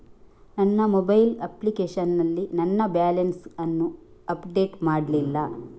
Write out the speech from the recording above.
ನನ್ನ mobile application ನಲ್ಲಿ ನನ್ನ ಬ್ಯಾಲೆನ್ಸ್ ಅನ್ನು ಅಪ್ಡೇಟ್ ಮಾಡ್ಲಿಲ್ಲ